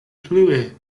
plue